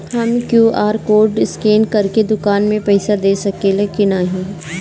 हम QR code scan करके दुकान में पईसा दे सकेला की नाहीं?